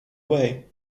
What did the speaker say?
away